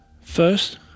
First